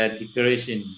declaration